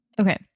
Okay